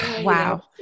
Wow